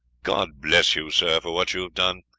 god bless you, sir, for what you have done!